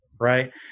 right